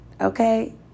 Okay